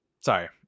Sorry